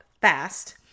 fast